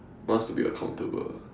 wants to be accountable